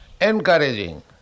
encouraging